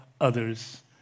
others